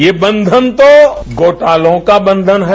ये बंधन तो घोटालों का बंधन है